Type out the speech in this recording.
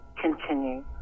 continue